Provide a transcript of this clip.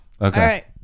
Okay